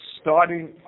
starting